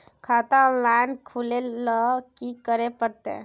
खाता ऑनलाइन खुले ल की करे परतै?